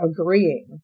agreeing